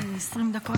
גברתי.